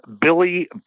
Billy